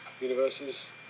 universes